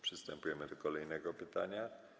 Przystępujemy do kolejnego pytania.